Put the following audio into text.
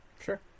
Sure